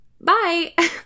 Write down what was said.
bye